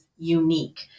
Unique